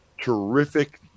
terrific